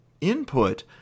input